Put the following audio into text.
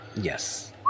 Yes